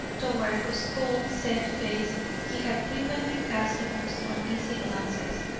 toward whose cold, set face he had frequently cast the most uneasy glances.